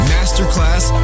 Masterclass